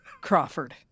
Crawford